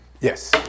Yes